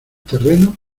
terreno